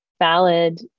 valid